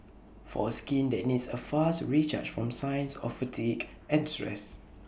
for skin that needs A fast recharge from signs of fatigue and stress